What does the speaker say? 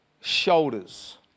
shoulders